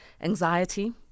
Anxiety